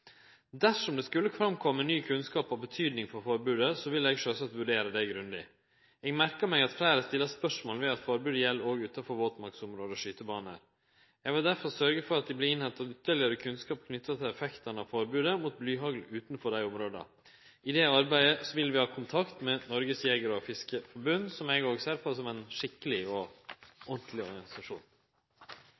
Dersom det skulle framkome ny kunnskap av betyding for forbodet, vil eg sjølvsagt vurdere det grundig. Eg merkar meg at fleire stiller spørsmål ved at forbodet òg gjeld utanfor våtmarksområde og skytebaner. Eg vil derfor sørgje for at det vert innhenta ytterlegare kunnskap om effektane av forbodet mot blyhagl utanfor dei områda. I det arbeidet vil vi ha kontakt med Norges Jeger- og Fiskerforbund, som eg òg ser på som ein skikkeleg og ordentleg organisasjon.